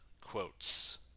quotes